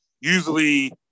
usually